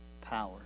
power